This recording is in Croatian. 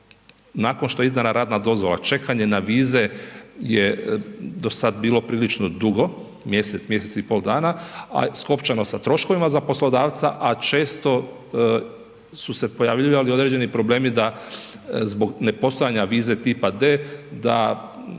nakon što se izdana radna dozvola, čekanje na vize je, dosad bilo prilično dugo, mjesec, mjesec i pol dana, a skopčano sa troškovima za poslodavca, a često su se pojavljivali određeni problemi da zbog nepostojanja vize tipa D, da